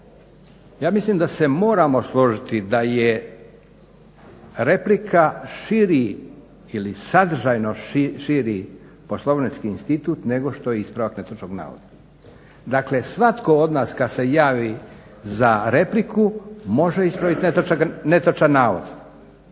ja mislim da se moramo složiti da je replika širi ili sadržajno širi poslovnički institut nego što je ispravak netočnog navoda. Dakle svatko od nas kad se javi za repliku može ispraviti netočan navod,